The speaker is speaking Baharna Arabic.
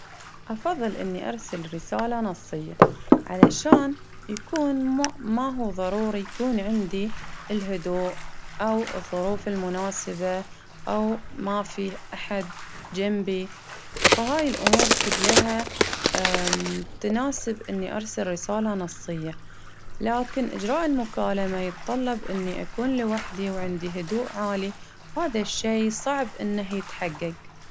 أفظل إني أرسل رسالة نصية علشان يكون ما هو ظروري يكون عندي الهدوء، أو ظروفي المناسبة، أو ما في أحد جنبي ،فهاي الأمور كلها تناسب إني أرسل رسالة نصية، لكن إجراء المكالمة يتطلب إني أكون لوحدي، وعندي هدوء عالي ،وهذا الشي صعب إنه يتحجج.